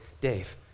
Dave